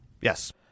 Yes